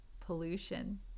pollution